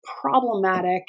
problematic